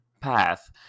path